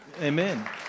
Amen